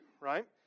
right